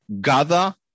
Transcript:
Gather